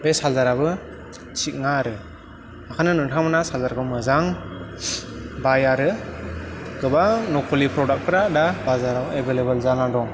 बे चारजाराबो थिक नङा आरो बिखायनो नोंथांमोना चारजार खौ मोजां बाय आरो गोबां नक्लि प्रदाक फोरा दा बाजाराव एभेलेभेल जाना दं